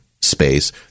space